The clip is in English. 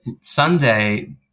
sunday